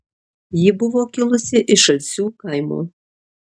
ji buvo kilusi iš alsių kaimo